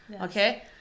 okay